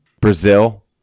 Brazil